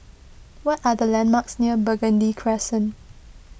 what are the landmarks near Burgundy Crescent